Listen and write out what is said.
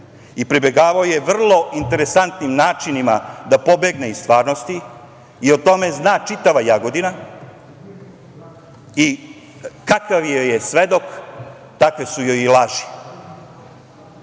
i pribegavao je vrlo interesantnim načinima da pobegne iz stvarnosti i o tome zna čitava Jagodina. Kakav joj je svedok, takve su joj i